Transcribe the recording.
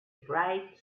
bright